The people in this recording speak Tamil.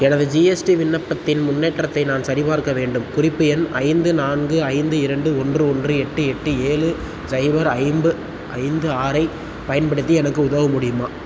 எனது ஜிஎஸ்டி விண்ணப்பத்தின் முன்னேற்றத்தை நான் சரிபார்க்க வேண்டும் குறிப்பு எண் ஐந்து நான்கு ஐந்து இரண்டு ஒன்று ஒன்று எட்டு எட்டு ஏழு சைபர் ஐம்பு ஐந்து ஆறு ஐப் பயன்படுத்தி எனக்கு உதவ முடியுமா